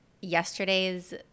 yesterday's